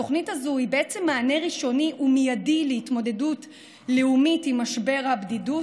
התוכנית הזאת היא מענה ראשוני ומיידי להתמודדות לאומית עם משבר הבדידות,